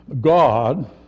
God